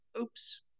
Oops